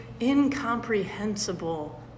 incomprehensible